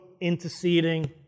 interceding